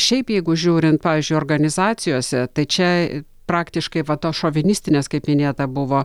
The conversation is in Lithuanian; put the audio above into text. šiaip jeigu žiūrint pavyzdžiui organizacijose tai čia praktiškai va tos šovinistinės kaip minėta buvo